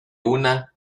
una